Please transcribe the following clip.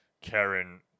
Karen